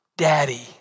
Daddy